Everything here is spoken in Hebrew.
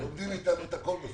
בסוף לומדים מאתנו את הכול.